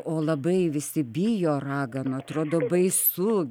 o labai visi bijo raganų atrodo baisu